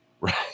right